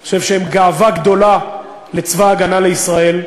אני חושב שהם גאווה גדולה לצבא הגנה לישראל.